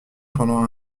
pendant